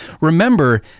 Remember